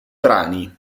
brani